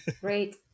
Great